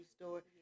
store